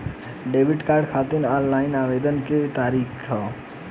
Debit card खातिर online आवेदन के का तरीकि ह?